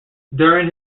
during